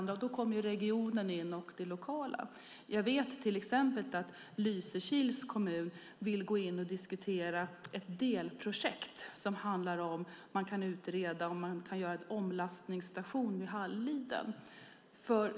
Då kommer ju regionen in och det lokala. Jag vet till exempel att Lysekils kommun vill gå in och diskutera ett delprojekt som handlar om att utreda om man kan göra en omlastningsstation i Halliden.